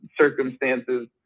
circumstances